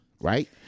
right